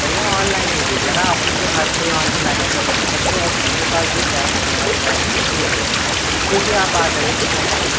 भैया ऑनलाइन दे दीजिए न आप इस समय हर कोई ओन ही लाइन है सब एक तो एक मेरे पास भी कैश नही है न थोड़ा इसलिए देखिए आप आ जाइए फिर मैं कहीं